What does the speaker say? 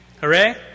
Hooray